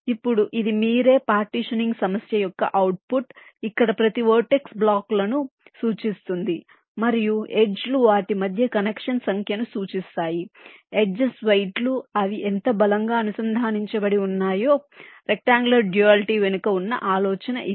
ఇప్పుడు ఇది మీరే పార్టీషనింగ్ సమస్య యొక్క అవుట్పుట్ ఇక్కడ ప్రతి వెర్టెక్స్ బ్లాకులను సూచిస్తుంది మరియు ఎడ్జ్ లు వాటి మధ్య కనెక్షన్ సంఖ్యను సూచిస్తాయి ఎడ్జెస్ వెయిట్ లు అవి ఎంత బలంగా అనుసంధానించబడి ఉన్నాయో రెక్ట్అంగుళర్ డ్యూయాలిటీ వెనుక ఉన్న ఆలోచన ఇది